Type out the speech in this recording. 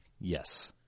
yes